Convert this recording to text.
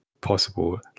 possible